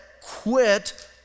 quit